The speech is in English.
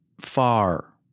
far